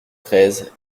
treize